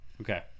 Okay